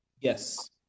Yes